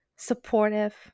supportive